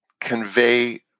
convey